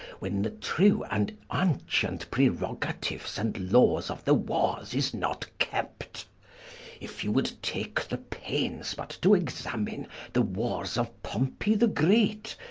when the true and aunchient prerogatifes and lawes of the warres is not kept if you would take the paines but to examine the warres of pompey the great,